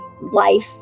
life